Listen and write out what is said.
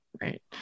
right